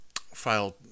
filed